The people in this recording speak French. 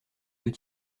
deux